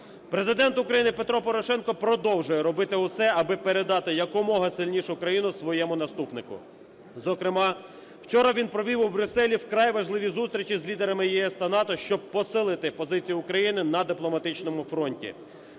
Президент України Петро Порошенко продовжує робити усе, аби передати якомога сильнішу країну своєму наступнику. Зокрема, вчора він провів у Брюсселі вкрай важливі зустрічі з лідерами ЄС та НАТО, щоб посилити позицію України на дипломатичному фронті.